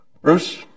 Bruce